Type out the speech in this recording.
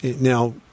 now